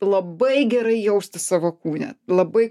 labai gerai jaustis savo kūne labai